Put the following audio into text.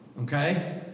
okay